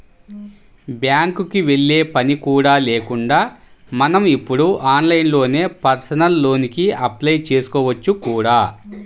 బ్యాంకుకి వెళ్ళే పని కూడా లేకుండా మనం ఇప్పుడు ఆన్లైన్లోనే పర్సనల్ లోన్ కి అప్లై చేసుకోవచ్చు కూడా